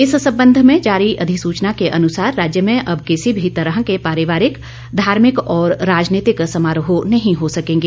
इस संबंध में जारी अधिसूचना के अनुसार राज्य में अब किसी भी तरह के पारिवारिक धार्मिक और राजनीतिक समारोह नहीं हो सकेंगे